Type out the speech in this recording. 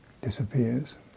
disappears